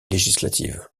législative